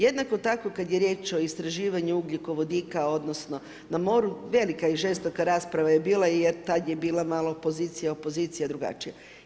Jednako tako kad je riječ o istraživanju ugljikovodika, odnosno, na moru, velika i žestoka je rasprava je bila, jer tada je bila pozicija i opozicija drugačija.